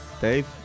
Dave